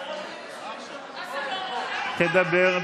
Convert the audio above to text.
תדבר,